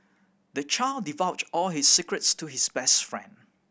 the child divulged all his secrets to his best friend